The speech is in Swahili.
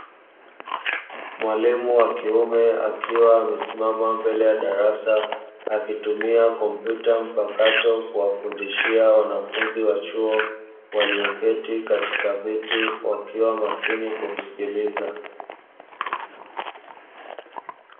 Mwalimu wa kiume akiwa amesimama mbele ya darasa akitumia kompyuta mpakato kuwafundishia wanafunzi wa chuo walioketi katika viti wakiwa makini kumsikiliza.